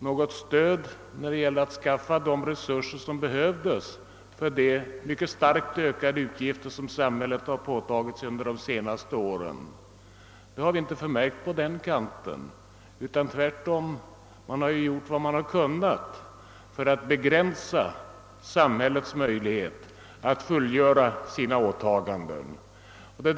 Något stöd när det gällde att skaffa de resurser som behövdes för de mycket starkt ökade utgifter som samhället har påtagit sig under de senaste åren har vi inte märkt från den kanten. Tvärtom har man gjort vad man har kunnat för att begränsa samhällets möjligheter att fullgöra sina åtaganden.